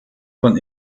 von